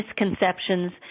misconceptions